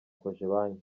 kojebanke